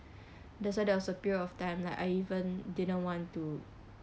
that's why there was a period of time like I even didn't want to